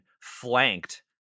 flanked